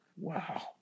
Wow